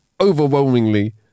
overwhelmingly